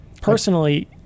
Personally